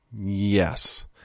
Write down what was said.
Yes